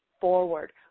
forward